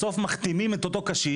בסוף מחתימים את אותו קשיש,